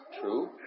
true